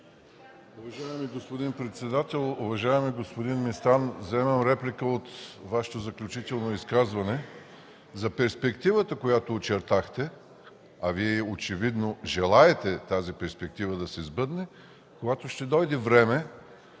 Уважаеми господин председател, уважаеми господин Местан! Вземам реплика от Вашето заключително изказване за перспективата, която очертахте, а Вие очевидно желаете тази перспектива да се сбъдне, когато ще дойде време